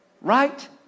right